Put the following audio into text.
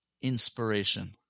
inspiration